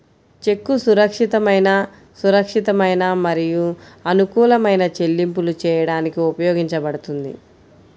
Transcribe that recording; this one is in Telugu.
చెక్కు సురక్షితమైన, సురక్షితమైన మరియు అనుకూలమైన చెల్లింపులు చేయడానికి ఉపయోగించబడుతుంది